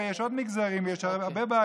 הרי יש עוד מגזרים ויש עוד בעיות.